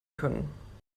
können